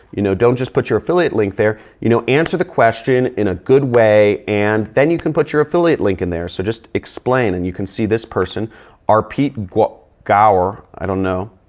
you know, don't just put your affiliate link there. you know, answer the question in a good way and then you can put your affiliate link in there. so, just explain. and you can see this person are pete gower. i don't know.